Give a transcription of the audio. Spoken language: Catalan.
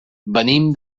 venim